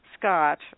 Scott